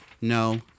No